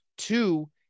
Two